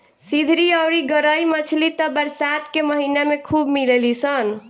सिधरी अउरी गरई मछली त बरसात के महिना में खूब मिलेली सन